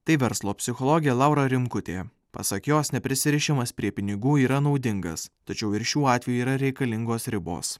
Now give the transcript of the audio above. tai verslo psichologė laura rimkutė pasak jos neprisirišimas prie pinigų yra naudingas tačiau ir šiuo atveju yra reikalingos ribos